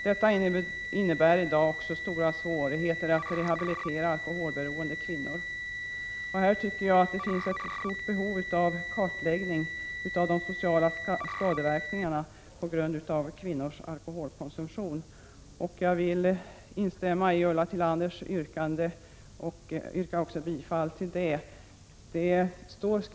Detta innebär också att det i dag råder stora svårigheter när det gäller att rehabilitera alkoholberoende kvinnor. Jag tycker att det finns ett stort behov av en kartläggning av de sociala skadeverkningarna på grund av kvinnors alkoholkonsumtion. Jag vill instämma i Ulla Tillanders yrkande, vilket jag härmed yrkar bifall till.